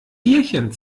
bierchen